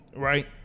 Right